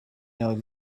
know